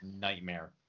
nightmare